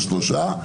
או שלושה,